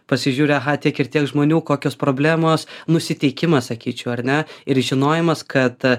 pasižiūri aha tiek ir tiek žmonių kokios problemos nusiteikimas sakyčiau ar ne ir žinojimas kad